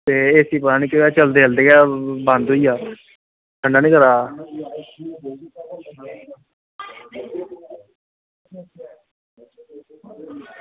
ते एसी पता निं चलदे चलदे गै बंद होई गेआ हीरानगर दा